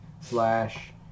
slash